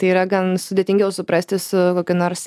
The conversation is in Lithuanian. tai yra gan sudėtingiau suprasti su kokiu nors